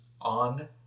on